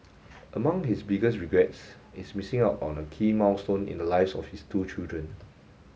among his biggest regrets is missing out on a key milestone in the lives of his two children